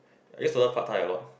I used to love pad-thai a lot